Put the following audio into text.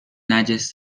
نجس